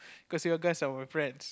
cause you guys are my friends